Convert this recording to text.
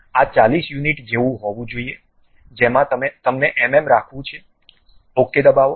આ 40 યુનિટ જેવું હોવું જોઈએ જેમાં તમને mm રાખવું છેOK દવાઓ